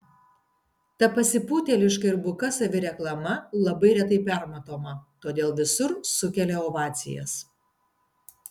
ta pasipūtėliška ir buka savireklama labai retai permatoma todėl visur sukelia ovacijas